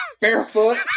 Barefoot